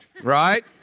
right